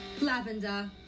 Lavender